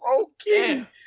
Okay